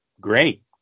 Great